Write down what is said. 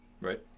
Right